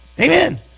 Amen